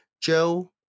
Joe